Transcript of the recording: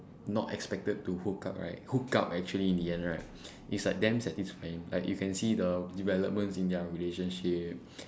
not expected to hook up right hooked up actually in the end right it's like damn satisfying like you can see the developments in their relationship